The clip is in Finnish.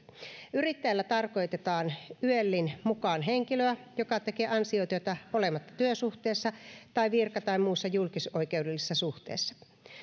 yrittäjällä tarkoitetaan yelin mukaan henkilöä joka tekee ansiotyötä olematta työsuhteessa tai virka tai muussa julkisoikeudellisessa suhteessa